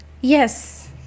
yes